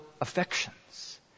affections